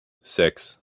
six